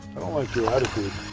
i don't like your attitude.